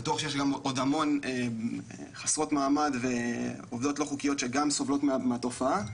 בטוח שיש עוד המון חסרות מעמד ועובדות לא חוקיות שגם סובלות מהתופעה.